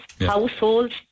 households